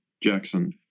jackson